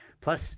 Plus